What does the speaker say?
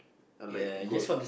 and like go